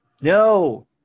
No